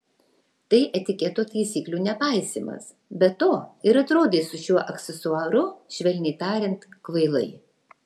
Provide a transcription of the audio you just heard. tai etiketo taisyklių nepaisymas be to ir atrodai su šiuo aksesuaru švelniai tariant kvailai